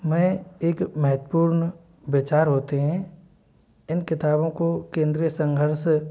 में एक महत्वपूर्ण विचार होते हैं इन किताबों को केंद्रीय संघर्ष